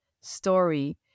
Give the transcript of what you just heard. story